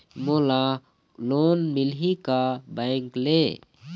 मोला लोन मिलही का बैंक ले?